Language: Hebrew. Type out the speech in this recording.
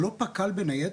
זה לא פק"ל בניידת?